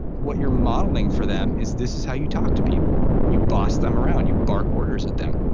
what you're modeling for them is this is how you talk to people. you boss them around, you bark orders at them.